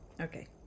Okay